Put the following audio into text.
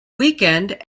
weekend